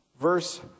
verse